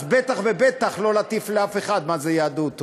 אז בטח ובטח לא להטיף לאף אחד מה זה יהדות.